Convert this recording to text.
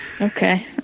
Okay